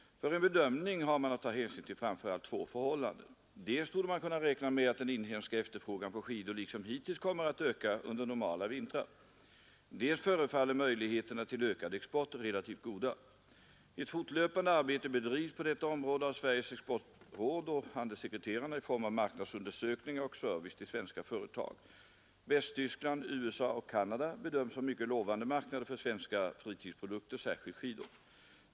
För en bedömning har man att ta hänsyn till framför allt två förhållanden. Dels torde man kunna räkna med att den inhemska efterfrågan på skidor liksom hittills kommer att öka under normala vintrar, dels förefaller möjligheterna till ökad export relativt goda. Ett fortlöpande arbete bedrivs på detta område av Sveriges exportråd och handelssekreterarna i form av marknadsundersökningar och service till svenska företag. Västtyskland, USA och Canada bedöms som mycket lovande marknader för svenska fritidsprodukter — särskilt skidor.